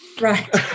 right